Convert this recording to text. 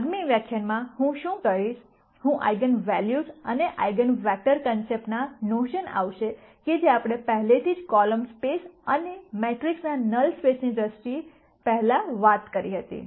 આગામી વ્યાખ્યાન હું શું કરીશ હું આઇગન વૅલ્યુઝ અને આઇગન વેક્ટર કોન્સેપ્ટ ના નોશન આવશે કે જે આપણે પહેલેથી જ કોલમ સ્પેસ અને મેટ્રિક્સના નલ સ્પેસની દ્રષ્ટિએ પહેલાં વાત કરી હતી